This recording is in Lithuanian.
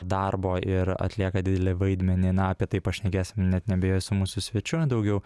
darbo ir atlieka didelį vaidmenį na apie tai pašnekėsim net neabejoju su mūsų svečiu daugiau